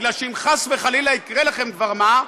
כי אם חס וחלילה יקרה לכם דבר מה,